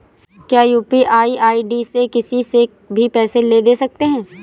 क्या UPI ID से किसी से भी पैसे ले दे सकते हैं?